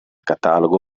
catalogo